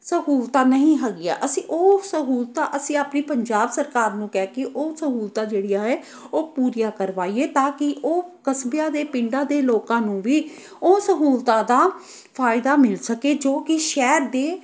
ਸਹੂਲਤਾਂ ਨਹੀਂ ਹੈਗੀਆ ਅਸੀਂ ਉਹ ਸਹੂਲਤਾਂ ਅਸੀਂ ਆਪਣੀ ਪੰਜਾਬ ਸਰਕਾਰ ਨੂੰ ਕਹਿ ਕੇ ਉਹ ਸਹੂਲਤਾਂ ਜਿਹੜੀਆਂ ਹੈ ਉਹ ਪੂਰੀਆਂ ਕਰਵਾਈਏ ਤਾਂ ਕਿ ਉਹ ਕਸਬਿਆਂ ਦੇ ਪਿੰਡਾਂ ਦੇ ਲੋਕਾਂ ਨੂੰ ਵੀ ਉਹ ਸਹੂਲਤਾਂ ਦਾ ਫ਼ਾਇਦਾ ਮਿਲ ਸਕੇ ਜੋ ਕਿ ਸ਼ਹਿਰ ਦੇ